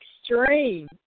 extreme